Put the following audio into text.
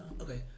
Okay